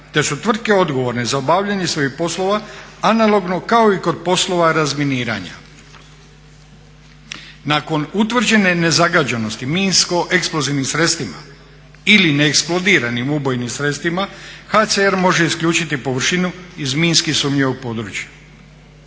Te su tvrtke odgovorne za obavljanje svojih poslova analogno kao i kod poslova razminiranja. Nakon utvrđene nezagađenosti minsko-eksplozivnim sredstvima ili neeksplodiranim ubojnim sredstvima HCR može isključiti površinu iz minski sumnjivog područja.